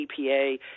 EPA